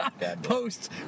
Post